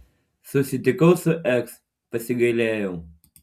susitikau su eks pasigailėjau